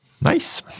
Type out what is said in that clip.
Nice